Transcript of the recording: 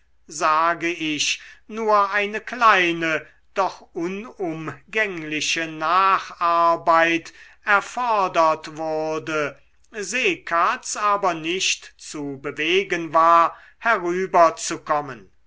sage ich nur eine kleine doch unumgängliche nacharbeit erfordert wurde seekatz aber nicht zu bewegen war herüberzukommen